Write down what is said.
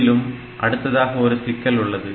இதிலும் அடுத்ததாக ஒரு சிக்கல் உள்ளது